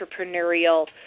entrepreneurial